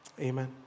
Amen